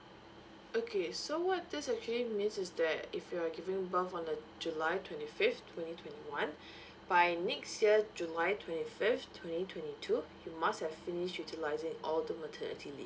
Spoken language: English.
okay so what this actually means is that if you're giving birth on the july twenty fifth twenty twenty one by next year july twenty fifth twenty twenty two you must have finished utilising all the maternity lea~